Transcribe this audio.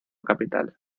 capital